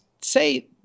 say